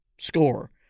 score